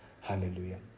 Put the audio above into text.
Hallelujah